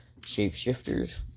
shapeshifters